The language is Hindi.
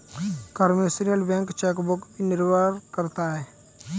कमर्शियल बैंक चेकबुक भी निर्गम करता है